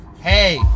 Hey